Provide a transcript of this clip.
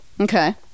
Okay